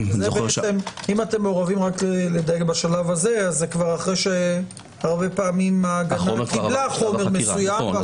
אם אתם מעורבים אז זה כבר אחרי שהרבה פעמים ההגנה קיבלה חומר מסוים.